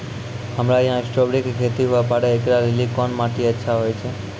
हमरा यहाँ स्ट्राबेरी के खेती हुए पारे, इकरा लेली कोन माटी अच्छा होय छै?